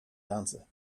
answer